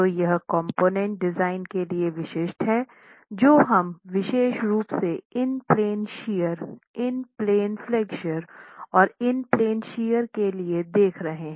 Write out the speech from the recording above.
तो यह component design के लिए विशिष्ट है जो हम विशेष रूप से in plane shear in plane flexure और इन प्लेन शियर के लिए देख रहे हैं